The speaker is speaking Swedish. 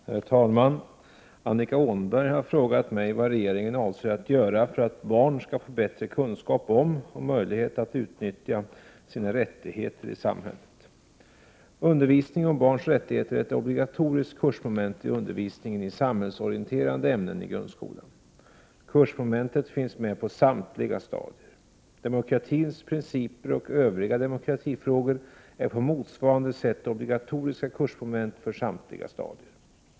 Herr talman! Annika Åhnberg har frågat mig vad regeringen avser att göra för att barn skall få bättre kunskap om, och möjlighet att utnyttja, sina rättigheter i samhället. Undervisning om barns rättigheter är ett obligatoriskt kursmoment i undervisningen i samhällsorienterade ämnen i grundskolan. Kursmomentet finns med på samtliga stadier. Demokratins principer och övriga demokratifrågor är på motsvarande sätt obligatoriska kursmoment för samtliga stadier.